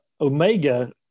Omega